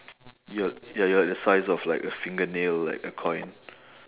you're you're you're the size of like a fingernail like a coin